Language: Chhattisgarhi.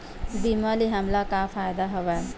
बीमा ले हमला का फ़ायदा हवय?